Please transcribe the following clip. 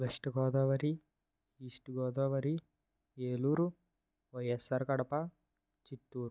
west Godavari east Godavari Eluru YSR Kadapa Chittoor